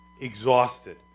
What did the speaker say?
exhausted